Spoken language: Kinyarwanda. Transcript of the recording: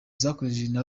zakoreshejwe